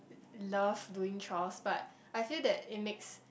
love doing chores but I feel that it makes